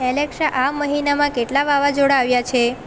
Alexa આ મહિનામાં કેટલા વાવાઝોડા આવ્યા છે